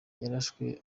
yarashwe